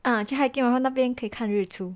ah 去 hiking 然后那边可以看日出